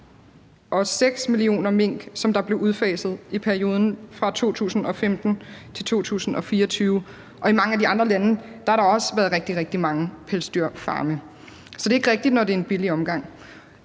og 6 millioner mink, som blev udfaset i perioden 2015-2024, og i mange af de andre lande har der også været rigtig, rigtig mange pelsdyrfarme. Så det er ikke rigtigt, at det er en billig omgang.